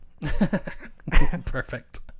Perfect